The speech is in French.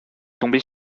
tomber